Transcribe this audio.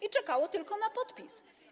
i czekało tylko na podpis.